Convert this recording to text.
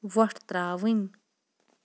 وۄٹھ ترٛاوٕنۍ